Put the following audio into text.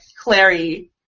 Clary